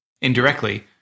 indirectly